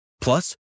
Plus